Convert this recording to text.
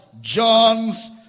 John's